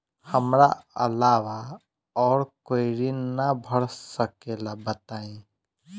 हमरा अलावा और कोई ऋण ना भर सकेला बताई?